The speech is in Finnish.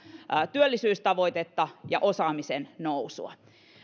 työllisyystavoitetta ja osaamisen nousua